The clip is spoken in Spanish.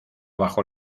bajo